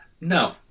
No